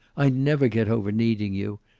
i never get over needing you.